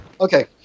Okay